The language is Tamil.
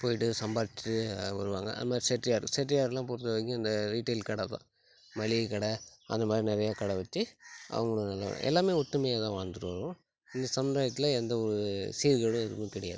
போயிட்டு சம்பாரிச்சுட்டு அவங்க வருவாங்க அந்தமாதிரி செட்டியார் செட்டியாரெலாம் பொறுத்த வரைக்கும் இந்த ரீட்டெயில் கடை தான் மளிகை கடை அந்த மாதிரி நிறைய கடை வச்சு அவங்க நல்லா எல்லாமே ஒற்றுமையாக தான் வாழ்ந்துட்டு வர்றோம் இந்த சமுதாயத்தில் எந்த ஒரு சீர்கேடும் எதுவும் கிடையாது